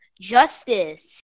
Justice